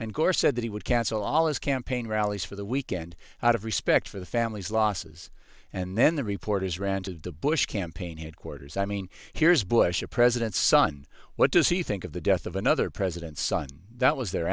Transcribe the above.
and gore said that he would cancel all his campaign rallies for the weekend out of respect for the family's losses and then the reporters ran to the bush campaign headquarters i mean here's bush the president's son what does he think of the death of another president's son that was their